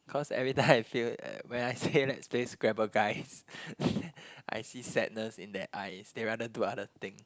cause every time I feel when I say let's play scrabble guys I see sadness in their eyes they rather do other thing